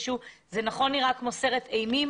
זה נכון שזה נראה כמו סרט אימים,